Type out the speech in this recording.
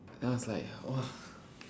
then I was like !whoa!